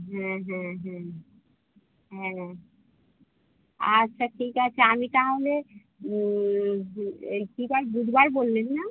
হ্যাঁ হ্যাঁ হ্যাঁ হ্যাঁ আচ্ছা ঠিক আছে আমি তাহলে এই কী বার বুধবার বললেন না